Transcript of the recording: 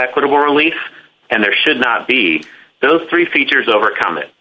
equitable really and there should not be those three features overcome it